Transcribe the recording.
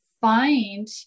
find